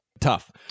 Tough